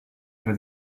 for